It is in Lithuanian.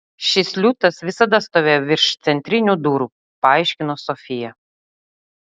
šis liūtas visada stovėjo virš centrinių durų paaiškino sofija